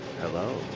Hello